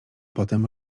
potem